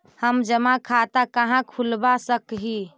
हम जमा खाता कहाँ खुलवा सक ही?